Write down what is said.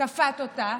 כפת אותה